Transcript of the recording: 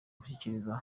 gushikiriza